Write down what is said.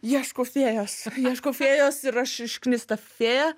ieško fėjos ieško fėjos ir aš išknisiu tą fėją